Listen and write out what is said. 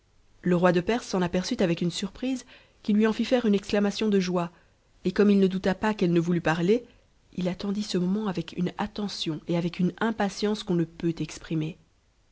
le roi de perse s'en aperçut avec une surprise qui eu fit faire une exclamation de joie et comme it ne douta pas qu'elle mtt parler il attendit ce moment avec une attention et avec une pm'caee qu'on ne peut exprimer